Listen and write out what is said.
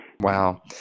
Wow